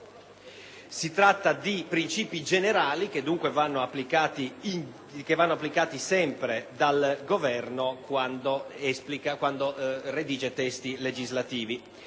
Si tratta di princìpi generali che vanno applicati sempre dal Governo quando redige testi legislativi.